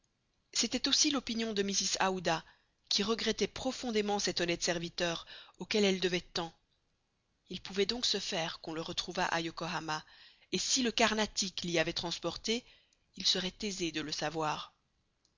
c'était aussi l'opinion de mrs aouda qui regrettait profondément cet honnête serviteur auquel elle devait tant il pouvait donc se faire qu'on le retrouvât à yokohama et si le carnatic l'y avait transporté il serait aisé de le savoir